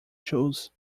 shoes